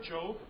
Job